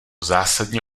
zásadně